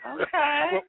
Okay